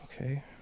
Okay